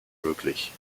möglich